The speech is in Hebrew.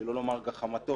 שלא לומר גחמתו,